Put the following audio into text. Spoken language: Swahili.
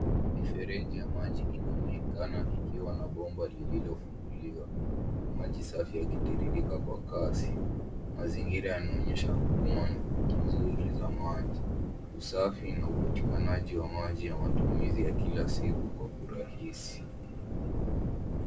Mifereji ya maji inaonekana ikiwa na bomba lililofunguliwa, maji safi yakitiririka kwa kasi. Mazingira yanaonyesha huduma nzuri za maji, usafi na upatikanaji wa maji ya matumizi ya kila siku kwa urahisi.